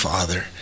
Father